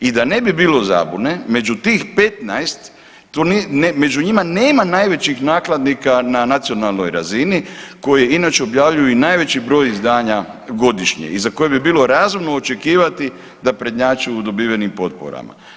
I da ne bi bilo zabune među tih 15 među njima nema najvećih nakladnika na nacionalnoj razini koji inače objavljuju i najveći broj izdanja godišnje i za koje bi bilo razumno očekivati da prednjače u dobivenim potporama.